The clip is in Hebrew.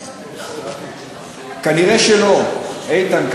כנראה לא, איתן.